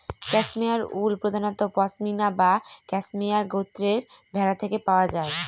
cashmere উল প্রধানত পসমিনা বা ক্যাশমেয়ার গোত্রের ভেড়া থেকে পাওয়া যায়